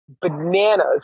bananas